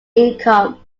income